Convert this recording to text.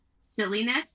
silliness